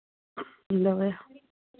लेबै